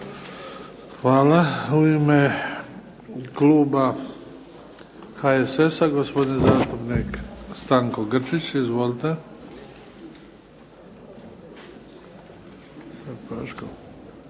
Hvala. U ime kluba HSS-a gospodin zastupnik Stanko Grčić. Izvolite.